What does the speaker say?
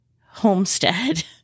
Homestead